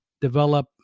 develop